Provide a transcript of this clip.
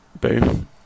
boom